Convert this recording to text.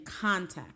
context